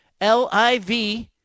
LIV